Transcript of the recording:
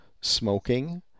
smoking